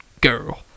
girl